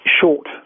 short